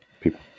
people